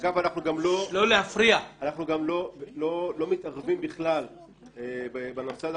אגב, אנחנו גם לא מתערבים בכלל בנושא הזה.